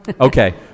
Okay